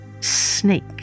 Snake